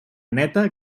neta